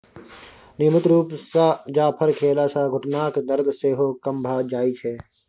नियमित रुप सँ जाफर खेला सँ घुटनाक दरद सेहो कम भ जाइ छै